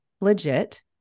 legit